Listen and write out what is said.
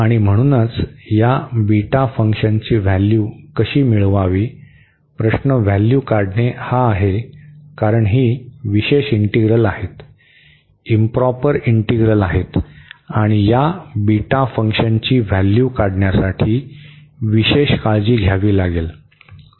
आणि म्हणूनच या बीटा फंक्शनची व्हॅल्यू कशी मिळवावी प्रश्न व्हॅल्यू काढणे हा आहे कारण ही विशेष इंटीग्रल आहेत इंप्रॉपर इंटीग्रल आहेत आणि या बीटा फंक्शनची व्हॅल्यू काढण्यासाठी विशेष काळजी घ्यावी लागेल